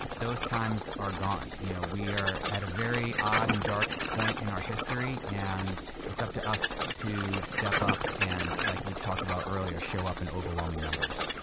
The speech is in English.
those times are gone. you know, we are at a very odd and dark point in our history and it's up to us to step up and, like we talked about earlier, show up in overwhelming numbers.